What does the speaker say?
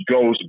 goes